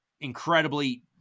incredibly